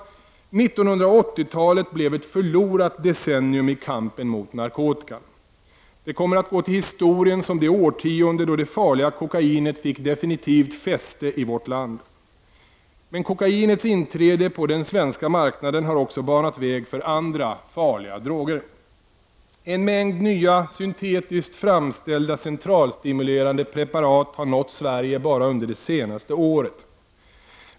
1980-talet blev ett förlorat decennium i kampen mot narkotikan. Det kommer att gå till historien som det årtionde då det farliga kokainet definitivt fick fäste i vårt land. Men kokainets inträde på den svenska marknaden har också banat väg för andra farliga droger. En mängd nya, syntetiskt framställda centralstimulerande preparat har nått Sverige bara under det senaste året.